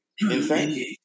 insane